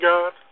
God